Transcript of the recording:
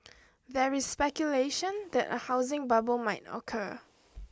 there is speculation that a housing bubble might occur